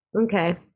Okay